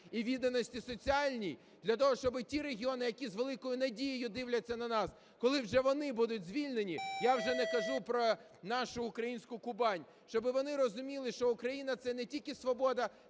і відданості соціальній для того, щоб ті регіони, які з великою надією дивляться на нас, коли вже вони будуть звільнені, я вже не кажу про нашу українську Кубань. Щоби вони розуміли, що Україна – це не тільки свобода,